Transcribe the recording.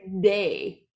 day